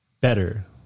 Better